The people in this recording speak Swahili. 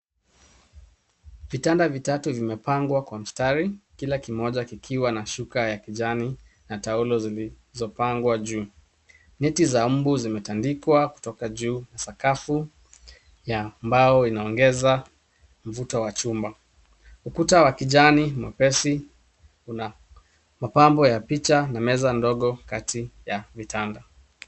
Vitanda vitatu vimepangwa kwa mstari kila kimoja kikiwa na shuka ya kijani na taulo zilizopangwa juu. Neti za mbu zimetandikwa kutoka juu. Sakafu ya mbao inaongeza mvuto wa chumba. Ukuta wa kijani mwepesi una mapambo ya picha na meza ndogo kati ya vitanda.